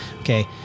Okay